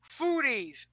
foodies